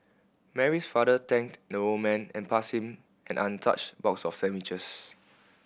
Mary's father thanked the old man and passed him an untouched box of sandwiches